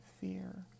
fear